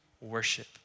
worship